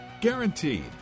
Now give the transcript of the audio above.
Guaranteed